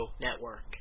network